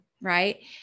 right